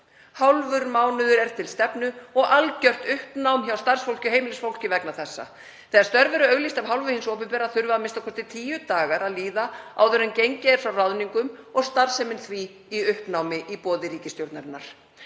Hálfur mánuður er til stefnu og er algjört uppnám hjá starfsfólki og heimilisfólki vegna þessa. Þegar störf eru auglýst af hálfu hins opinbera þurfa a.m.k. tíu dagar að líða áður en gengið er frá ráðningum og er starfsemin því í uppnámi í boði ríkisstjórnarinnar.